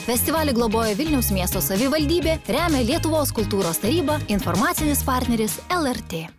festivalį globoja vilniaus miesto savivaldybė remia lietuvos kultūros taryba informacinis partneris lrt